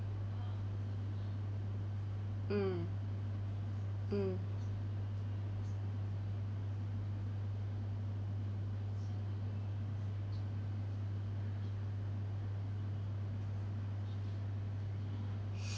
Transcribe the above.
mm mm